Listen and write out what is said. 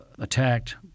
attacked